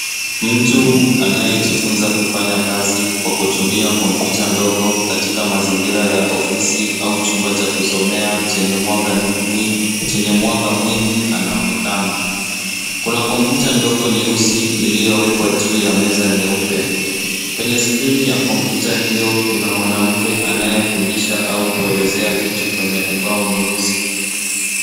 Mtu anayejifunza kufanya kazi kwa kutumia kompyuta ndogo katika mazingira ya ofisi au chumba cha kusomea chenye mwanga mwingi anaonekana. Kuna kmpyuta ndogo nyeusi iliyowekwa juu ya meza nyeupe. Kwenye skrini ya kompyuta hio kuna mwanamke anayefundisha au kuelezea kitu kwenye ubao mweusi.